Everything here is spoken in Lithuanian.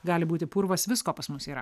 gali būti purvas visko pas mus yra